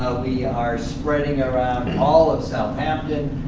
ah we are spreading around all of southampton,